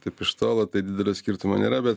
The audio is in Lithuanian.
taip iš tolo tai didelio skirtumo nėra bet